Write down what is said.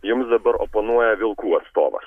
jums dabar oponuoja vilkų atstovas